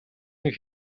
нэг